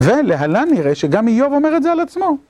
ולהלן נראה שגם איוב אומר את זה על עצמו.